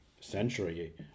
century